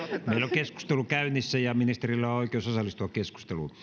keskustelu käynnissä ja ministerillä on oikeus osallistua keskusteluun